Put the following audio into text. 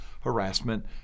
harassment